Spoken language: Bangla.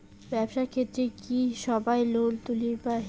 ব্যবসার ক্ষেত্রে কি সবায় লোন তুলির পায়?